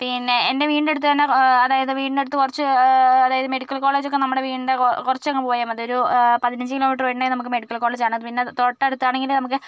പിന്നെ എൻ്റെ വീടിൻ്റെ അടുത്തുതന്നെ അതായത് വീടിൻ്റെ അടുത്ത് കുറച്ച് അതായത് മെഡിക്കൽ കോളേജൊക്കെ നമ്മുടെ വീടിൻ്റെ കുറച്ചങ്ങുപോയാൽ മതി ഒരു പതിനഞ്ച് കിലോ മീറ്റർ പോയിട്ടുണ്ടെങ്കിൽ നമുക്ക് മെഡിക്കൽ കോളേജ് കാണാം പിന്നെ തൊട്ടടുത്താണെങ്കിൽ നമുക്ക്